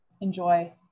enjoy